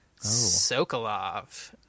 Sokolov